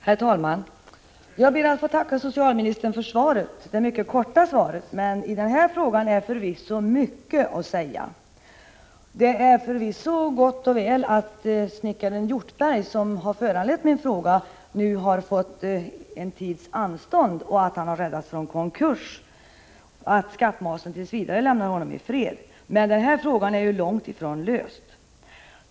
Herr talman! Jag ber att få tacka socialministern för svaret. Det är ett mycket kort svar, men det finns förvisso mycket att säga i den här frågan. Det är gott och väl att snickaren Hjortberg, som föranlett min fråga, fått en tids anstånd och har räddats från konkurs samt att skattmasen tills vidare lämnar honom i fred. Men frågan är ju långt ifrån löst!